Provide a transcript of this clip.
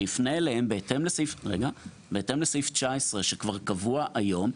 שיפנה אליהם בהתאם לסעיף 19 שכבר קבוע היום.